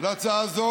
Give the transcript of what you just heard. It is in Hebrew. להצעה הזאת,